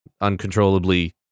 uncontrollably